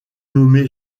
nommé